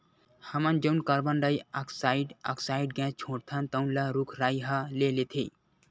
हमन जउन carbon dioxide oxide gas छोड़थन तउन ल रूख राई ह ले लेथे